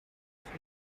sushi